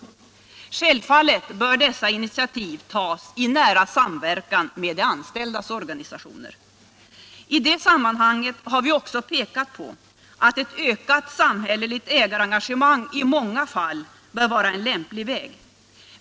Självfallet bör dessa initiativ tas i nära samverkan med de anställdas organisationer. I det sammanhanget har vi också pekat på att ett ökat samhälleligt ägarengagemang i många fall bör vara en lämplig väg.